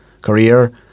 career